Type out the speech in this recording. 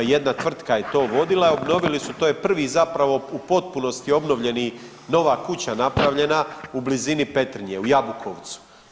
Jedna tvrtka je to vodila i obnovili su, to je prvi zapravo u potpunosti obnovljeni nova kuća napravljena u blizini Petrinje, u Jabukovcu.